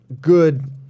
good